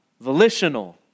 volitional